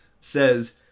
says